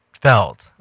felt